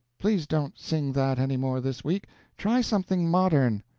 please don't sing that any more this week try something modern.